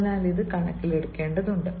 അതിനാൽ ഇത് കണക്കിലെടുക്കേണ്ടതുണ്ട്